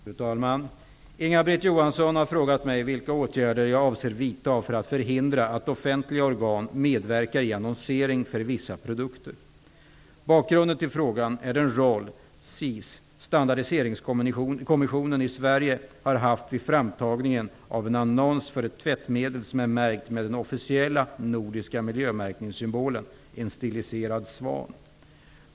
Fru talman! Inga-Britt Johansson har frågat mig vilka åtgärder jag avser vidta för att förhindra att offentliga organ medverkar i annonsering för vissa produkter. Bakgrunden till frågan är den roll SIS -- Standardiseringskommissionen i Sverige har haft vid framtagningen av en annons för ett tvättmedel som är märkt med den officiella nordiska miljömärkningssymbolen, en stiliserad svan.